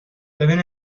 ببین